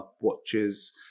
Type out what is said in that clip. watches